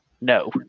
No